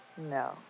No